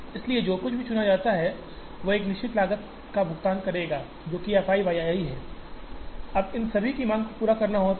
इसलिए जो कुछ भी चुना जाता है वह एक निश्चित लागत का भुगतान करेगा जो कि f i y i है अब इन सभी की मांग को पूरा करना होगा